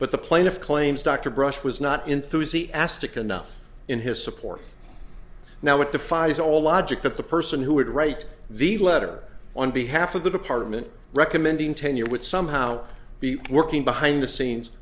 but the plaintiff claims dr brush was not enthusiastic enough in his support now it defies all logic that the person who would write the letter on behalf of the department recommending tenure would somehow be working behind the scenes